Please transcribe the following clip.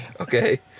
Okay